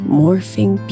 morphing